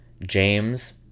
James